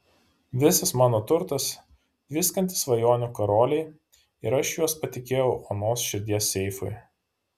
visas mano turtas tviskantys svajonių karoliai ir aš juos patikėjau onos širdies seifui